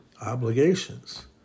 obligations